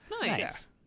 Nice